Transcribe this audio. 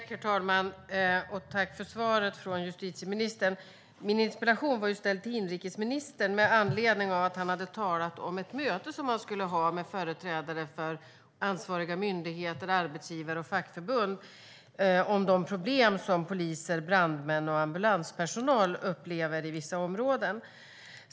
Herr talman! Tack för svaret, justitieministern! Min interpellation var ställd till inrikesministern med anledning av att han hade talat om ett möte som han skulle ha med företrädare för ansvariga myndigheter, arbetsgivare och fackförbund om de problem som poliser, brandmän och ambulanspersonal upplever i vissa områden.